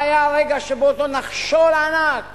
מה היה הרגע שבו אותו נחשול ענק